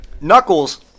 Knuckles